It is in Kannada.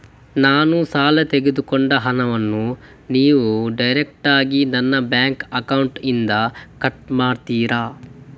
ನಾನು ಸಾಲ ತೆಗೆದುಕೊಂಡ ಹಣವನ್ನು ನೀವು ಡೈರೆಕ್ಟಾಗಿ ನನ್ನ ಬ್ಯಾಂಕ್ ಅಕೌಂಟ್ ಇಂದ ಕಟ್ ಮಾಡ್ತೀರಾ?